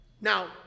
Now